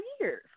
years